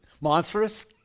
Monstrous